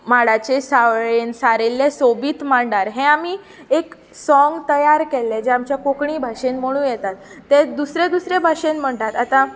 माडाच्या सावळेंत सारयल्ल्या सोबीत मांडार हें आमी एक साँग तयार केल्लें जें आमच्या कोंकणी भाशेंत म्हणू येता ते दुसऱ्या दुसऱ्या भाशेन म्हणटात आतां